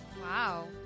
Wow